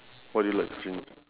what you like to change